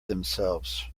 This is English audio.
themselves